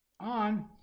on